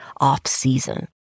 off-season